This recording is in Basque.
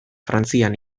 frantzian